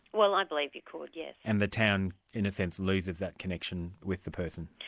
well i believe you could, yes. and the town, in a sense, loses that connection with the person.